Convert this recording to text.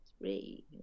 three